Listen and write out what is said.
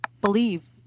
believe